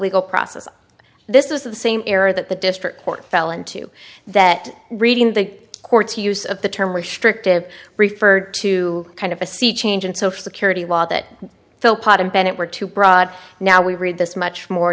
legal process this is the same error that the district court fell into that reading the courts use of the term restrictive referred to kind of a sea change in social security law that felt part of bennett were too broad now we read this much more